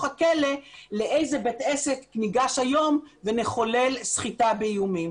הכלא לאיזה בת עסק ניגש היום ונחולל סחיטה באיומים.